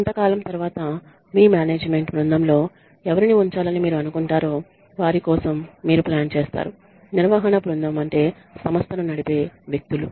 కొంతకాలం తర్వాత మీ మేనేజ్మెంట్ బృందంలో ఎవరిని ఉంచాలని మీరు అనుకుంటారో వారి కోసం మీరు ప్లాన్ చేస్తారు నిర్వహణ బృందం అంటే సంస్థను నడిపే వ్యక్తులు